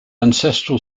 ancestral